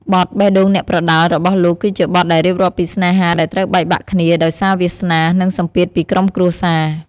បទ បេះដូងអ្នកប្រដាល់ របស់លោក គឺជាបទដែលរៀបរាប់ពីស្នេហាដែលត្រូវបែកបាក់គ្នា ដោយសារវាសនា និងសម្ពាធពីក្រុមគ្រួសារ។